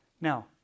Now